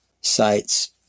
sites